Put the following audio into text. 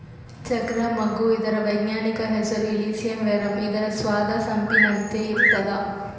ಚಕ್ರ ಮಗ್ಗು ಇದರ ವೈಜ್ಞಾನಿಕ ಹೆಸರು ಇಲಿಸಿಯಂ ವೆರುಮ್ ಇದರ ಸ್ವಾದ ಸೊಂಪಿನಂತೆ ಇರ್ತಾದ